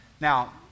Now